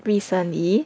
recently